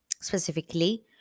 specifically